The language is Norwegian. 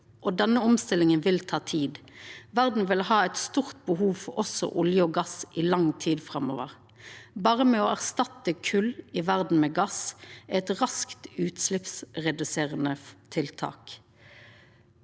denne omstillinga vil ta tid. Verda vil ha eit stort behov for også olje og gass i lang tid framover. Å erstatta kol i verda med gass er eit raskt utsleppsreduserande tiltak.